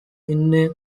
ine